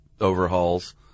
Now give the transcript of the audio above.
overhauls